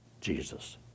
Jesus